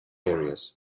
areas